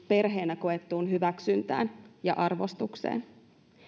perheenä koettuun hyväksyntään ja arvostukseen